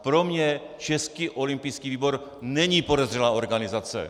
Pro mě Český olympijský výbor není podezřelá organizace.